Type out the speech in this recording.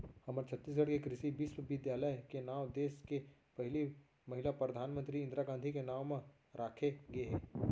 हमर छत्तीसगढ़ के कृषि बिस्वबिद्यालय के नांव देस के पहिली महिला परधानमंतरी इंदिरा गांधी के नांव म राखे गे हे